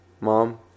Mom